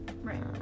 Right